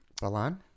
Balan